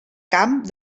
camp